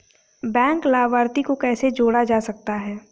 Bank लाभार्थी को कैसे जोड़ा जा सकता है?